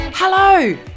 Hello